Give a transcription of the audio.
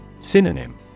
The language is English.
Synonym